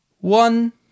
one